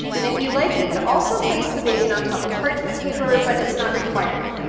and if you'd like, you could also place the bacon on top of parchment paper, but it's not required.